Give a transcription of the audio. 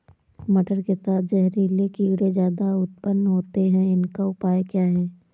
मटर के साथ जहरीले कीड़े ज्यादा उत्पन्न होते हैं इनका उपाय क्या है?